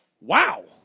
Wow